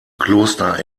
kloster